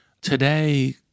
Today